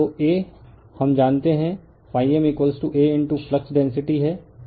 तो A हम जानते हैं m Aफ्लक्स डेंसिटी हैं